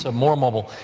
ah more mobile.